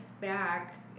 back